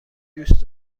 دوست